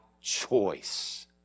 choice